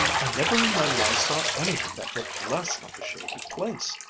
i never in my life saw anything that looked less like a shady place,